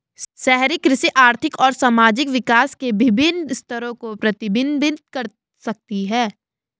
शहरी कृषि आर्थिक और सामाजिक विकास के विभिन्न स्तरों को प्रतिबिंबित कर सकती है